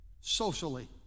socially